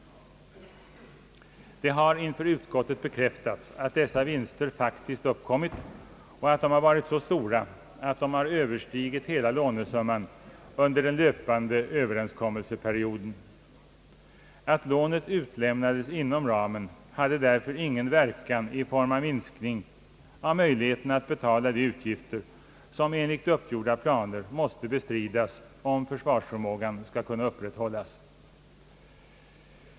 Det har inför utskottet bekräftats att dessa vinster faktiskt uppkommit och varit så stora att de överstigit hela lånesumman under den löpande perioden. Att lånet utlämnades inom ramen hade därför ingen verkan i form av minskade möjligheter att betala de utgifter som enligt uppgjorda planer måste bestridas om försvarsförmågan skall upprätthållas.